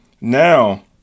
Now